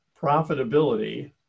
profitability